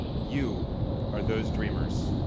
you are those dreamers.